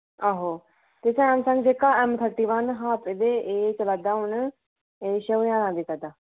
आहो ते सैमसंग जेह्का ऐम्मथर्टी वन हा ते एह् चल दा हून छें ज्हारे दा बिकै दा